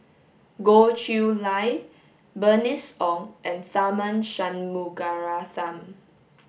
Goh Chiew Lye Bernice Ong and Tharman Shanmugaratnam